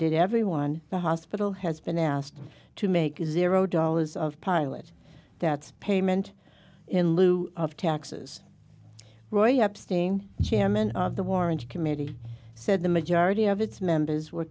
reminded everyone the hospital has been asked to make is zero dollars of pilot that's payment in lieu of taxes roy abstaining chairman of the warrant committee said the majority of its members were